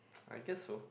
I guess so